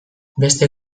beste